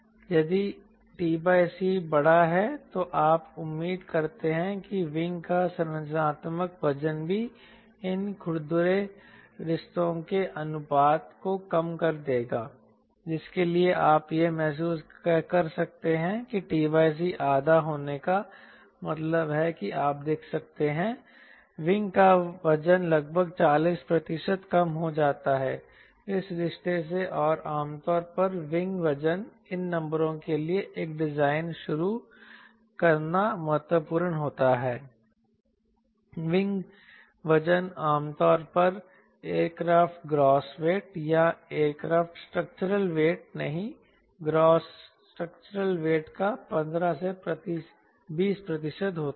यदि t c बड़ा है तो आप उम्मीद करते हैं कि विंग का संरचनात्मक वजन भी इन खुरदुरे रिश्तों के अनुपात को कम कर देगा जिसके लिए आप यह महसूस कर सकते हैं कि t c आधा होने का मतलब है कि आप देख सकते हैं विंग का वजन लगभग 40 प्रतिशत कम हो जाता है इस रिश्ते से और आमतौर पर विंग वजन इन नंबरों के लिए एक डिजाइन शुरू करना महत्वपूर्ण होता है विंग वजन आमतौर पर एयरक्राफ्ट ग्रॉस वेट या एयरक्राफ्ट स्ट्रक्चरल वेट नहीं ग्रॉस स्ट्रक्चरल वेट का 15 से 20 प्रतिशत होता है